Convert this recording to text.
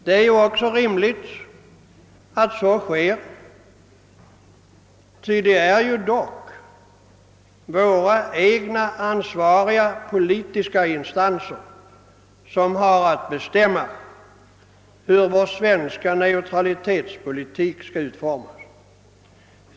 Det är också rimligt att så sker, ty det är dock våra egna ansvariga politiska instanser som har att bestämma över hur vår svenska neutralitetspolitik skall utformas.